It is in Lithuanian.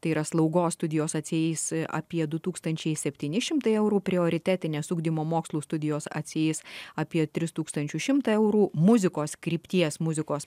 tai yra slaugos studijos atsieis apie du tūkstančiai septyni šimtai eurų prioritetinės ugdymo mokslų studijos atsieis apie tris tūkstančius šimtą eurų muzikos krypties muzikos